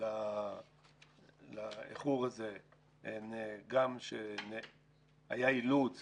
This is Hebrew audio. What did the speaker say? לאיחור הזה הן גם שהיה אילוץ